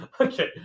Okay